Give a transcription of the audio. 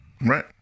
Right